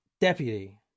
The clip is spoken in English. deputy